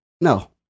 No